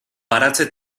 baratze